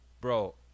bro